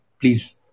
please